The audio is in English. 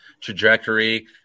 trajectory